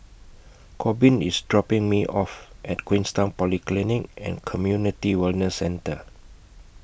Korbin IS dropping Me off At Queenstown Polyclinic and Community Wellness Centre